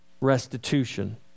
restitution